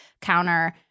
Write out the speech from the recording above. counter